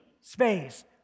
space